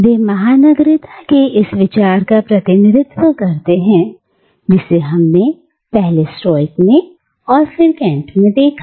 वे महानगरीयता के इस विचार का प्रतिध्वनित करते हैं जिसे हमने पहले स्टोइक में और फिर कैंट में देखा